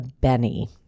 Benny